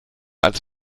als